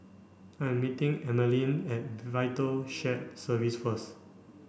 I'm meeting Emmaline at VITAL Shared Services first